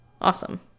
awesome